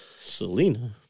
Selena